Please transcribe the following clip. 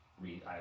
read